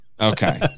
Okay